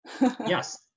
Yes